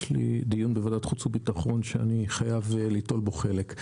יש לי דיון בוועדת החוץ והביטחון שאני חייב ליטול בו חלק.